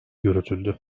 yürütüldü